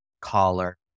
collar